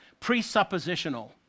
presuppositional